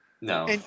No